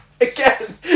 Again